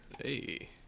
Hey